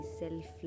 self